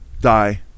die